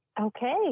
Okay